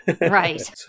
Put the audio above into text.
Right